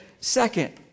second